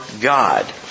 God